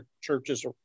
churches